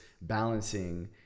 balancing